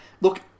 Look